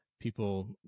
people